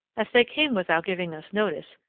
as they came without giving us notice,